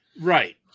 right